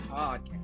podcast